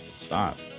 Stop